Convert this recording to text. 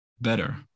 better